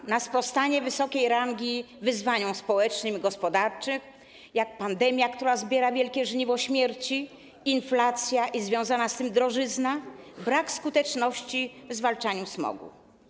Chodzi o sprostanie wysokiej rangi wyzwaniom społecznym i gospodarczym, jak pandemia, która zbiera obfite żniwo śmierci, inflacja i związana z tym drożyzna, a także brak skuteczności w zwalczaniu smogu.